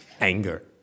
anger